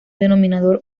denominador